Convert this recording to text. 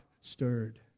stirred